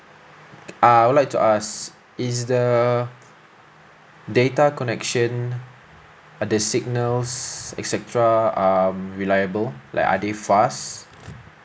err I would like to ask is the data connection the signals et cetera um reliable like are they fast